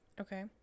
Okay